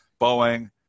Boeing